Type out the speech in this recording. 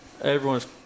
everyone's